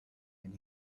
and